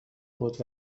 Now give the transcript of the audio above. بود